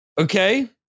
Okay